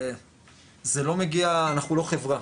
זה לא מגיע, אנחנו לא חברה,